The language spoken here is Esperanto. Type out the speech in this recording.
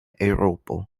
eŭropo